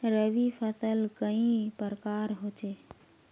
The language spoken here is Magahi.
रवि फसल कई प्रकार होचे?